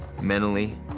mentally